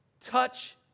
Touch